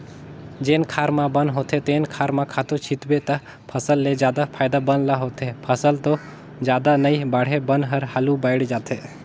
जेन खार म बन होथे तेन खार म खातू छितबे त फसल ले जादा फायदा बन ल होथे, फसल तो जादा नइ बाड़हे बन हर हालु बायड़ जाथे